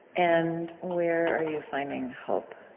and where are you finding hope?